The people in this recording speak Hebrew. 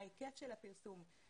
ההיקף של הפרסום,